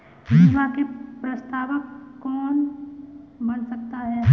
बीमा में प्रस्तावक कौन बन सकता है?